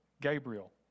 Gabriel